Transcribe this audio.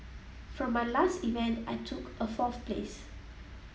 for my last event I took a fourth place